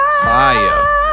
Fire